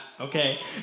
Okay